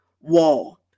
wall